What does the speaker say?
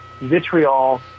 vitriol